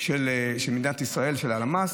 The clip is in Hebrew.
של העובד,